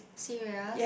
serious